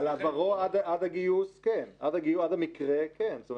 על עברו עד הגיוס כן, עד המקרה כן.